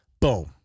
boom